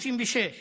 (אומר בשפה